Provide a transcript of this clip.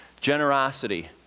Generosity